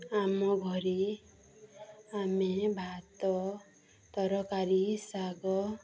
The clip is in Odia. ଆମ ଘରେ ଆମେ ଭାତ ତରକାରୀ ଶାଗ